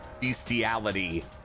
bestiality